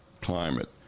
climate